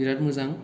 बिराथ मोजां